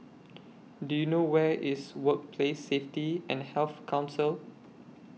Do YOU know Where IS Workplace Safety and Health Council